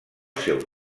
seu